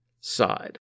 side